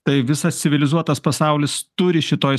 tai visas civilizuotas pasaulis turi šitoj